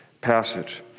passage